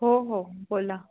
हो हो बोला